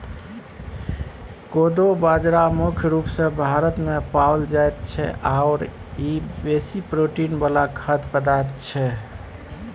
कोदो बाजरा मुख्य रूप सँ भारतमे पाओल जाइत छै आओर ई बेसी प्रोटीन वला खाद्य पदार्थ छै